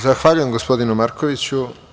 Zahvaljujem, gospodine Markoviću.